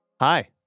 Hi